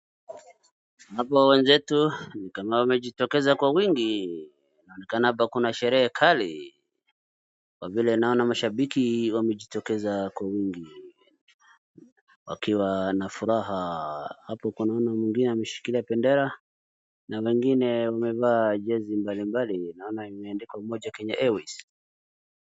Hapo wenzetu nikama wamejitokeza kwa wingi inaonekana hapa kuna sherehe kali kwa vile naona mashabiki wamejitokeza kwa wingi wakiwa na furaha, hapo kuna huyu mwingine anashikilia bendera na wengine wamevaa jezi mbalimbali ama kenya airways .